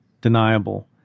deniable